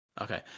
Okay